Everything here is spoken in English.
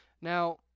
now